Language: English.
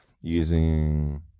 using